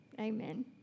Amen